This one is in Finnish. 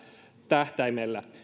tähtäimellä